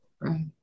right